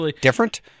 different